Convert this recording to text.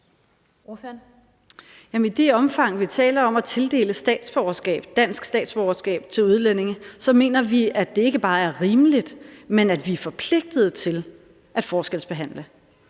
I det omfang, vi taler om at tildele statsborgerskab, dansk statsborgerskab, til udlændinge, mener vi, at det ikke bare er rimeligt, men at vi er forpligtede til at forskelsbehandle.